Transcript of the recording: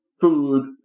food